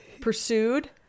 pursued